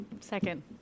second